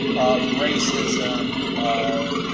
of racism, of